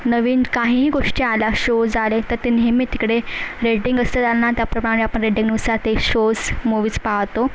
नवीन काहीही गोष्टी आल्या शोज आले तर ते नेहमी तिकडे रेटिंग असतं त्यांना त्याप्रमाणे आपण रेटिंगनुसार ते शोज मुव्हीज पाहतो